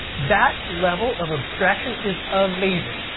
that level of abstraction is amazing.